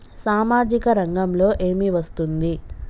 సామాజిక రంగంలో ఏమి వస్తుంది?